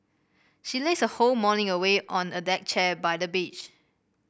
she lazed her whole morning away on a deck chair by the beach